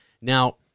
Now